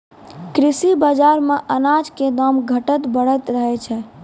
कृषि बाजार मॅ अनाज के दाम घटतॅ बढ़तॅ रहै छै